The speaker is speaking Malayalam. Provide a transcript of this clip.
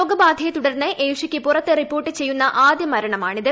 രോഗബാധയെ തുടർന്ന് ഏഷ്യക്ക് പുറത്ത് റിപ്പോർട്ട് ചെയ്യുന്ന ആദ്യ മരണമാണിത്